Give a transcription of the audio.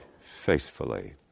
faithfully